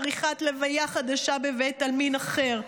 ועריכת לוויה חדשה בבית עלמין אחר.